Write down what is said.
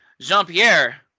Jean-Pierre